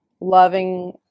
loving